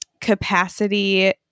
capacity